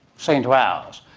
say, into ours,